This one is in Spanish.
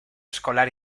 escolar